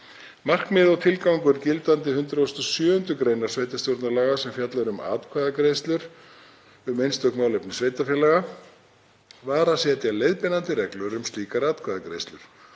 Markmið og tilgangur gildandi 107. gr. sveitarstjórnarlaga, sem fjallar um atkvæðagreiðslur um einstök málefni sveitarfélaga, var að setja leiðbeinandi reglur um slíkar atkvæðagreiðslur